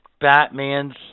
Batman's